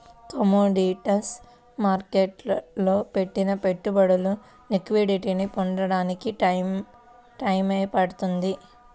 commodities మార్కెట్టులో పెట్టిన పెట్టుబడులు లిక్విడిటీని పొందడానికి టైయ్యం పడుతుంది